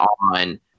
on